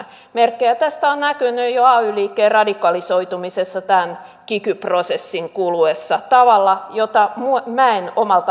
merkkejä tästä on näkynyt jo ay liikkeen radikalisoitumisessa tämän kiky prosessin kuluessa tavalla jota minä en omalta aikuisiältäni muista